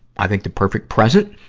i think the perfect present.